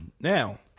Now